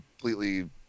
completely